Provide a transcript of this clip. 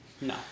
No